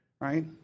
right